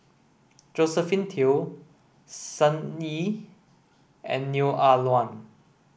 Josephine Teo Sun Yee and Neo Ah Luan